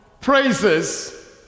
praises